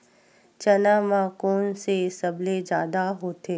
चना म कोन से सबले जादा होथे?